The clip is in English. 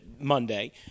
Monday